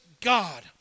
God